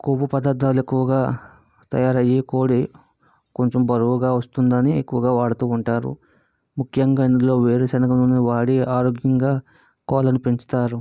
కొవ్వు పదార్థాలు ఎక్కువుగా తయారయ్యి కోడి కొంచం బరువుగా వస్తుందని ఎక్కువుగా వాడుతూ ఉంటారు ముఖ్యంగా వేరుశనగ నూనె వాడి ఆరోగ్యంగా కోళ్ళను పెంచుతారు